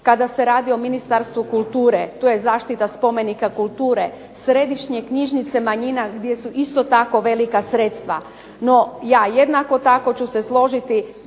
Kada se radi o Ministarstvu kulture tu je zaštita spomenika kulture, središnje knjižnice manjina gdje su isto tako velika sredstva, no ja jednako tako ću se složiti